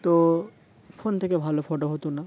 তো ফোন থেকে ভালো ফটো হতো না